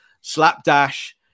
Slapdash